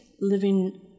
living